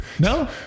No